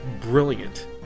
Brilliant